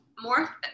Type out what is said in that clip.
more